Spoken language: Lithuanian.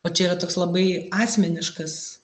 o čia yra toks labai asmeniškas